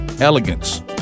elegance